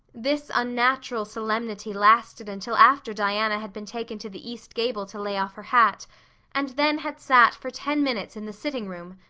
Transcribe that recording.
this unnatural solemnity lasted until after diana had been taken to the east gable to lay off her hat and then had sat for ten minutes in the sitting room,